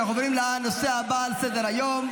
אנחנו עוברים לנושא הבא על סדר-היום,